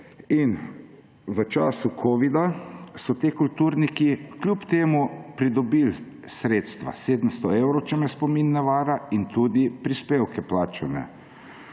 In v času covida so ti kulturniki kljub temu pridobili sredstva, 700 evrov, če me spomin ne vara, in tudi prispevke plačane.